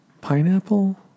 Pineapple